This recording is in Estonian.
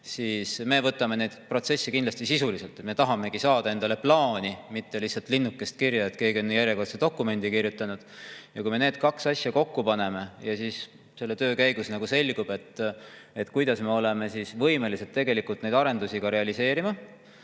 siis me võtame need protsessid ette kindlasti sisuliselt. Me tahamegi saada endale plaani, mitte lihtsalt linnukest kirja, et keegi on järjekordse dokumendi kirjutanud. Ja kui me need kaks asja kokku paneme ja selle töö käigus selgub, kuidas me oleme võimelised neid arendusi realiseerima,